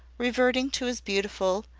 reverting to his beautiful,